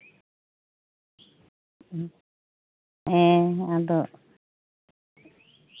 ᱦᱮᱸ ᱟᱫᱚ